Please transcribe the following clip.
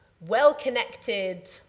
Well-connected